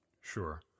Sure